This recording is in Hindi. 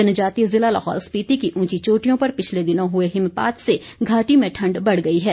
जनजातीय ज़िला लाहौल स्पीति की ऊंची चोटियों पर पिछले दिनों हुए हिमपात से घाटी में ठण्ड बढ़ गई है